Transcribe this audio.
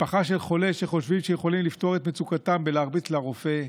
משפחה של חולה שחושבת שהיא יכולה לפתור את מצוקתה בלהרביץ לרופא,